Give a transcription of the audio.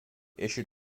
issued